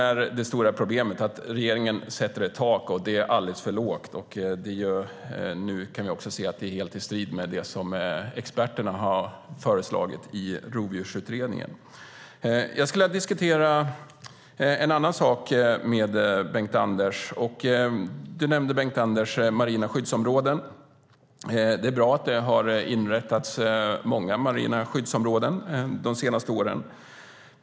Men det stora problemet är att regeringen sätter ett tak som är alldeles för lågt. Nu kan vi också se att det är helt i strid med det som experterna har föreslagit i Rovdjursutredningen. Jag skulle vilja diskutera en annan sak med dig, Bengt-Anders Johansson. Du nämnde marina skyddsområden. Det är bra att det har inrättats många marina skyddsområden under de senaste åren.